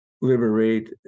liberate